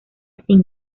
sin